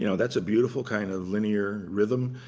you know that's a beautiful kind of linear rhythm.